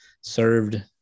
served